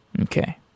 Okay